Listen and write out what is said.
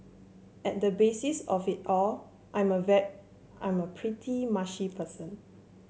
at the basis of it all I am a I am a pretty mushy person